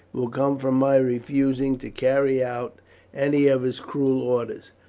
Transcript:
will come from my refusing to carry out any of his cruel orders.